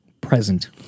present